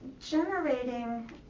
generating